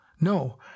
No